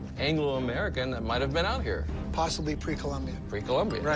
anglo-american that might have been out here. possibly pre-columbian. pre-columbian.